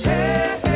Hey